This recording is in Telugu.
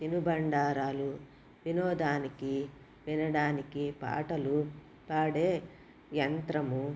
తినుబండారాలు వినోదానికి వినడానికి పాటలు పాడే యంత్రము